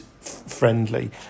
friendly